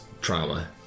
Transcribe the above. trauma